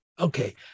Okay